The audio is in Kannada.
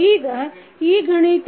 ಈಗ ಈ ಗಣಿತ